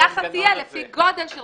זה בדיוק מה שדיברנו,